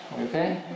Okay